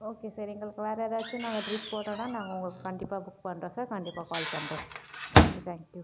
okay sir எங்களுக்கு வேறு எதாச்சும் நாங்கள் ட்ரிப் போட்டோன்னா நாங்கள் உங்களுக்கு கண்டிப்பாக புக் பண்ணுறோம் சார் கண்டிப்பாக கால் பண்ணுறோம் ஓகே தேங்க் யூ